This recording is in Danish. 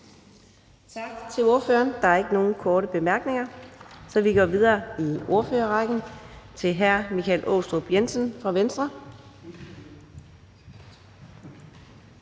Tak til ordføreren. Der er ikke flere korte bemærkninger, så vi går videre i ordførerrækken til hr. Lars Arne Christensen fra Moderaterne.